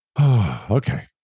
Okay